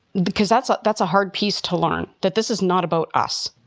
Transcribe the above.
because that's what that's a hard piece to learn, that this is not about us.